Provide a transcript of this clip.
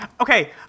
Okay